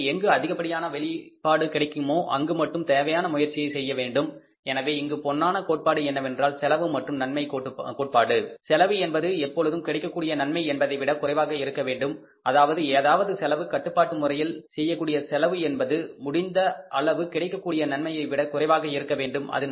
எனவே எங்கு அதிகப்படியான வெளிப்பாடு கிடைக்குமோ அங்கு மட்டும் தேவையான முயற்சியை செய்யவேண்டும் எனவே இங்கு பொன்னான கோட்பாடு என்னவென்றால் செலவு மற்றும் நன்மை கோட்பாடு செலவு என்பது எப்பொழுதும் கிடைக்கக் கூடிய நன்மை என்பதை விட குறைவாக இருக்க வேண்டும் அல்லது ஏதாவது செலவு கட்டுப்பாட்டு முறையில் செய்யக்கூடிய செலவு என்பது முடிந்த அளவு கிடைக்கக்கூடிய நன்மையை விட குறைவாக இருக்க வேண்டும்